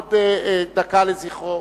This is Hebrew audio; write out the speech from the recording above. לעמוד דקה לזכרו.